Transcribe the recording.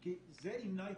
כי זה ימנע התאבדויות.